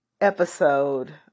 episode